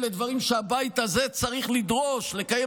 אלה דברים שהבית הזה צריך לדרוש לקיים